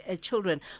children